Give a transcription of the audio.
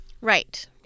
Right